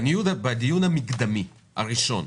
בדיון המקדמי, הראשון,